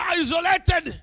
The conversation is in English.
isolated